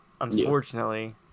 unfortunately